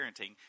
parenting